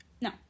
No